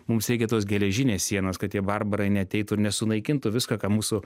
mums reikia tos geležinės sienos kad tie barbarai neateitų ir nesunaikintų viską ką mūsų